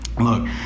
Look